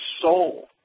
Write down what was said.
soul